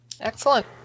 Excellent